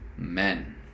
amen